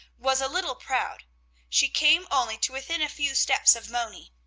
was a little proud she came only to within a few steps of moni,